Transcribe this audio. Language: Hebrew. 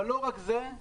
ולא רק זה,